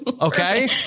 Okay